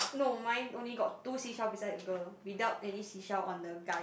no mine only got two seashell beside the girl without any seashell on the guy